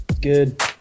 Good